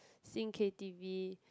sing K_t_v